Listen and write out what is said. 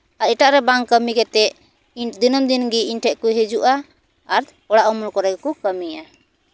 ᱟᱨ ᱮᱴᱟᱜ ᱨᱮ ᱵᱟᱝ ᱠᱟᱹᱢᱤ ᱠᱟᱛᱮᱫ ᱤᱧ ᱫᱤᱱᱟᱹᱢ ᱫᱤᱱᱜᱮ ᱤᱧ ᱴᱷᱮᱡ ᱠᱚ ᱦᱤᱡᱩᱜᱼᱟ ᱟᱨ ᱚᱲᱟᱜ ᱩᱢᱩᱞ ᱠᱚᱨᱮ ᱜᱮᱠᱚ ᱠᱟᱹᱢᱤᱭᱟ